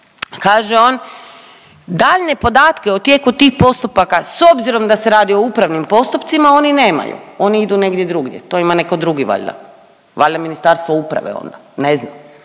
kaže on daljnje podatke o tijeku tih postupaka s obzirom da se radi o upravnim postupcima oni nemaju, oni idu negdje drugdje, to ima netko drugi valjda, valjda Ministarstvo uprave onda ne znam,